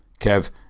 Kev